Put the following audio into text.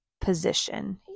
position